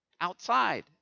outside